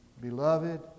Beloved